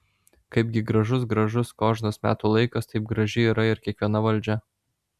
kaipgi gražus gražus kožnas metų laikas taip graži yra ir kiekviena valdžia